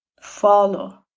follow